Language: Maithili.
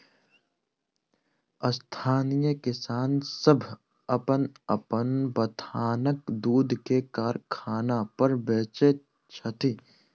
स्थानीय किसान सभ अपन अपन बथानक दूध के कारखाना पर बेचैत छथि